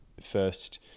first